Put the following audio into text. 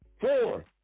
four